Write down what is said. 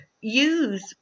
use